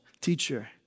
teacher